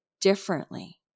differently